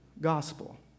gospel